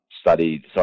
studied